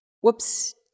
Whoops